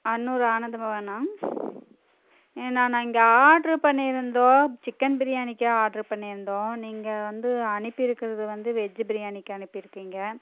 அன்னூர் ஆனந்தபவனா என்னா நான் இங்கே ஆர்டர் பண்ணிருந்தோம் சிக்கன் பிரியாணிக்கு ஆர்டர் பண்ணிருந்தோம் நீங்கள் வந்து அனுப்பிருக்கிறது வந்து வெஜ்ஜி பிரியாணிக்கு அனுப்பிருக்கிங்க